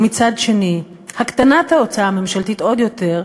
ומצד שני הקטנת ההוצאה הממשלתית עוד יותר,